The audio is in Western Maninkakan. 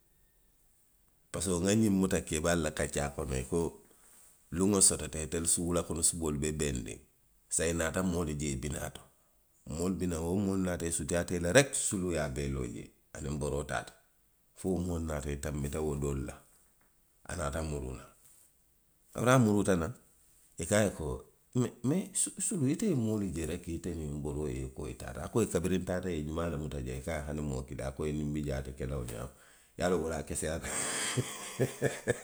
Parisiko nŋa ňiŋ muta keebaalu la kaccaa kono, i ko: luŋ doo sotota, itelu wuloo kono suboolu bee be benndiŋ. saayiŋŋ i naata moolu je i bi naa to, moolu be, wo moolu naata, i sutuyaata i la reki, suluu ye a bee loo jee, aniŋ boroo taata. Fo moolu naata i tanbita wo doolu la, a naata muruu naŋ. Kairiŋ a muruuta naŋ, i ko a ye ko suluu, ite ye moolu je, ite niŋ boroo ye i koo i taata. A ko i ye kabiriŋ ntaata, i ye jumaa le muta? I ko a ye hani moo kiliŋ. A ko i ye ko niŋ nbi jaŋ, a te ke la wo ňaama. I ye a loŋ woto a keseyaata le.